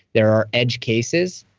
there are edge cases.